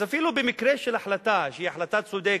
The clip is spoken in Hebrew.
אז אפילו במקרה של החלטה שהיא החלטה צודקת,